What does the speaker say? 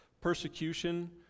Persecution